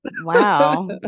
Wow